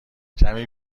کمی